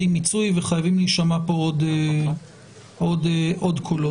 מיצוי וחייבים להישמע כאן עוד קולות.